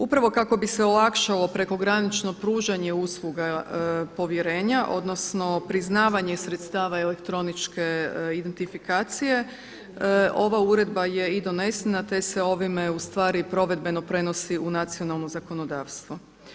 Upravo kako bi se olakšalo prekogranično pružanje usluga povjerenja, odnosno priznavanje sredstava elektroničke identifikacije ova uredba je i donesena te se ovime ustvari provedbeno prenosi u nacionalno zakonodavstvo.